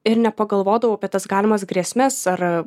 ir nepagalvodavau apie tas galimas grėsmes ar